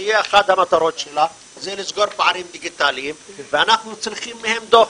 שאחת המטרות שלו תהיה לסגור פערים דיגיטליים ואנחנו צריכים מהם דוח.